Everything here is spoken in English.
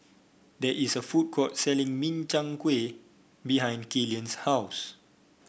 there is a food court selling Min Chiang Kueh behind Killian's house